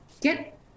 get